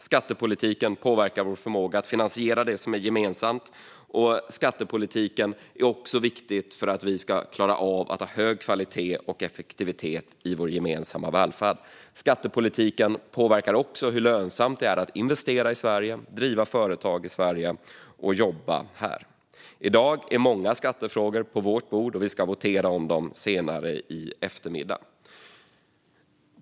Skattepolitiken påverkar vår förmåga att finansiera det som är gemensamt. Skattepolitiken är också viktig för att vi ska klara av att ha hög kvalitet och effektivitet i vår gemensamma välfärd. Skattepolitiken påverkar även hur lönsamt det är att investera och att driva företag i Sverige och att jobba här. I dag ligger många skattefrågor på vårt bord, och vi ska votera om dem senare i eftermiddag.